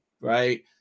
right